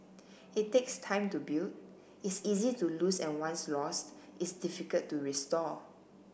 it takes time to build is easy to lose and once lost is difficult to restore